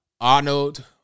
Arnold